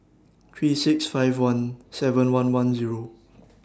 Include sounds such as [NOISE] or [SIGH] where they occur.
three six five one seven one one Zero [NOISE]